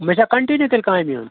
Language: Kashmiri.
مےٚ چھا کَنٹِنیوٗ تیٚلہِ کامہِ یُن